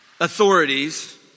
authorities